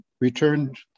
returned